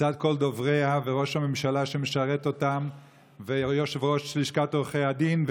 מצד כל דובריה וראש הממשלה שמשרת אותם ויושב-ראש לשכת עורכי הדין.